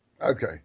Okay